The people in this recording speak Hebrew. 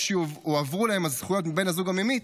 או שהועברו להם הזכויות מבן הזוג הממית,